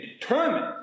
determined